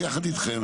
ביחד איתכם,